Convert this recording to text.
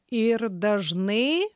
ir dažnai